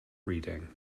reading